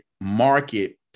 market